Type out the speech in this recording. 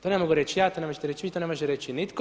To ne mogu reći ja, to ne možete reći vi, to ne može reći nitko.